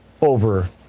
over